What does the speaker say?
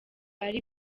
ari